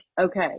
okay